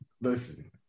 Listen